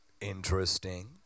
Interesting